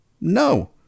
no